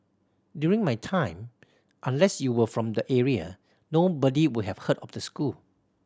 during my time unless you were from the area nobody would have heard of the school